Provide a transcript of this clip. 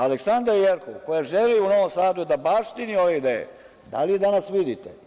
Aleksandra Jerkov koja želi u Novom Sadu da baštini ove ideje, da li je danas vidite?